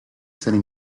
sali